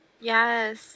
Yes